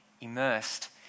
immersed